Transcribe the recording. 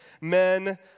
men